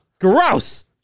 Gross